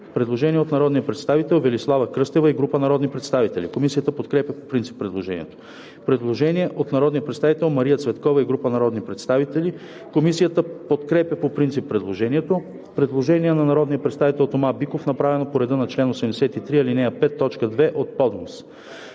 Предложение от народния представител Велислава Кръстева и група народни представители. Комисията подкрепя по принцип предложението. Предложение от народния представител Мария Цветкова и група народни представители. Комисията подкрепя по принцип предложението. Предложение на народния представител Тома Биков, направено по реда на чл. 83, ал. 5, т.